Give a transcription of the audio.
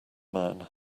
man